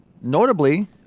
notably